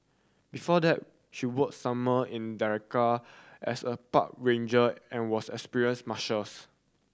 before that she worked summer in Denali as a park ranger and was an experienced mushers